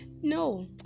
No